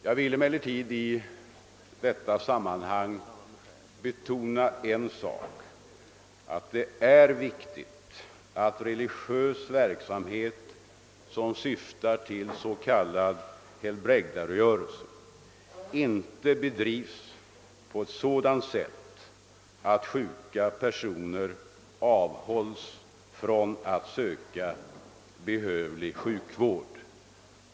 Jag vill emellertid i detta sammanhang betona att det är viktigt att religiös verksamhet, som syftar till s.k. helbrägdagörelse, inte bedrivs på ett sådant sätt att sjuka personer avhålls från att söka behövlig sjukvård.